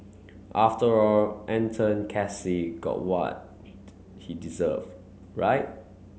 after all Anton Casey got what he deserved right